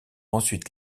ensuite